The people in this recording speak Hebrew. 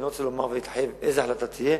אני לא רוצה לומר ולהתחייב איזה החלטה תהיה.